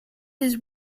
his